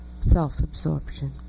Self-absorption